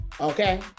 Okay